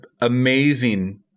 amazing